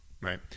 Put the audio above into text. Right